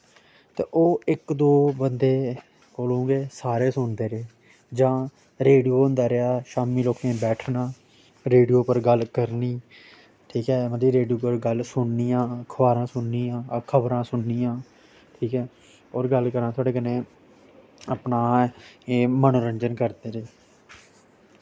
ते ओह् इक दो बंदे कोलो गै सारे सुनदे रेह् जां रेडियो होंदा रेहा शामीं लोकैं बैठना रेडियो पर गल्ल करनी ठीक ऐ मतलब रेडियो पर गल्ल सुननियां खबारां सुननियां खबरां सुननियां ठीक ऐ और गल्ल करां थोआढ़े कन्नै अपना एह् मनोरंजन करदे रेह्